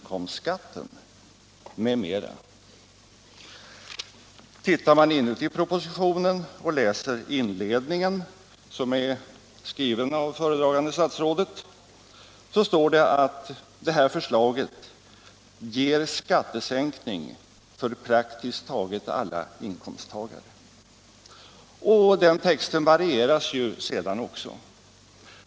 komstskatten, m.m. Tittar man i propositionen och läser inledningen, som är skriven av föredragande statsrådet, finner man att det står att det här förslaget ger skattesänkning för praktiskt taget alla inkomsttagare. Den texten varieras sedan också.